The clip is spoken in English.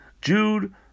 Jude